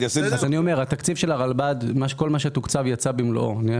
התקציב של הרלב"ד, כל מה שתוקצב יצא במלואו.